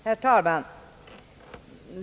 Herr talman!